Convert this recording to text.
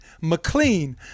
McLean